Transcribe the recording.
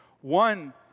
One